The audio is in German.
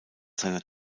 seiner